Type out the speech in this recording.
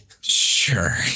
Sure